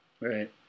right